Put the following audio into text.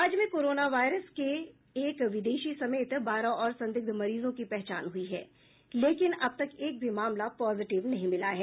राज्य में corona virus के एक विदेशी समेत बारह और संदिग्ध मरीजों की पहचान हुई है लेकिन अब तक एक भी मामला पॉजिटिव नहीं मिला है